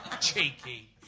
Cheeky